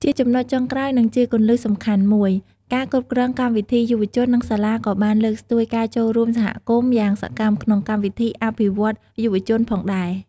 ជាចំណុចចុងក្រោយ និងជាគន្លឹះសំខាន់មួយ ការគ្រប់គ្រងកម្មវិធីយុវជន និងសាលាក៏បាន លើកស្ទួយការចូលរួមសហគមន៍ យ៉ាងសកម្ម ក្នុងកម្មវិធីអភិវឌ្ឍយុវជន ផងដែរ។